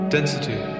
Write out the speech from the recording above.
Density